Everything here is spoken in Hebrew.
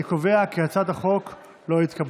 אני קובע כי הצעת החוק לא התקבלה.